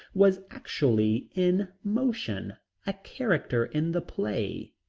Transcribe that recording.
was actually in motion a character in the play.